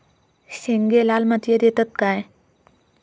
शेंगे लाल मातीयेत येतत काय?